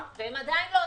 הם עדיין מחזיקים.